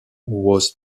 was